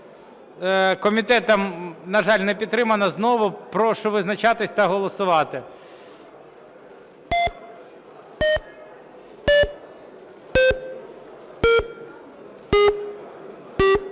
Комітетом, на жаль, не підтримана знову. Прошу визначатися та голосувати.